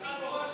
משרד הביטחון,